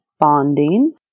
Bonding